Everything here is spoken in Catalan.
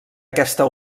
aquesta